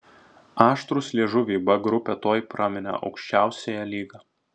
aštrūs liežuviai b grupę tuoj praminė aukščiausiąja lyga